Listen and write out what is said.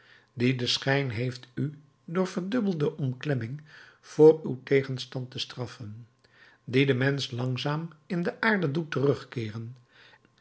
die den schijn heeft u door verdubbelde omklemming voor uw tegenstand te straffen die den mensch langzaam in de aarde doet terugkeeren